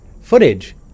footage